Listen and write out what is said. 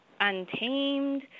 untamed